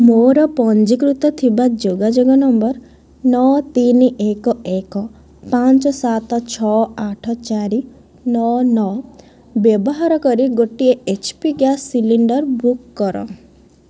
ମୋର ପଞ୍ଜୀକୃତ ଥିବା ଯୋଗାଯୋଗ ନମ୍ବର୍ ନଅ ତିନି ଏକ ଏକ ପାଞ୍ଚ ସାତ ଛଅ ଆଠ ଚାରି ନଅ ନଅ ବ୍ୟବହାର କରି ଗୋଟିଏ H P gas cylinder book କର